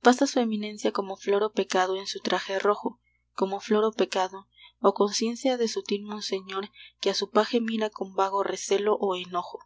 pasa su eminencia como flor o pecado en su traje rojo como flor o pecado o conciencia de sutil monseñor que a su paje mira con vago recelo o enojo